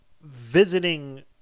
visiting